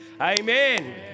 Amen